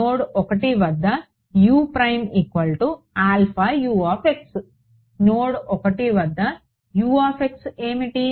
node 1 వద్ద node 1 వద్ద U ఏమిటి